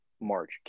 march